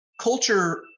culture